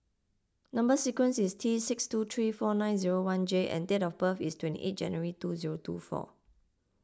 Number Sequence is T six two three four nine zero one J and date of birth is twenty eight January two zero two four